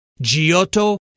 Giotto